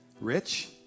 Rich